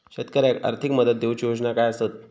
शेतकऱ्याक आर्थिक मदत देऊची योजना काय आसत?